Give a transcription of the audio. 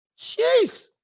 Jeez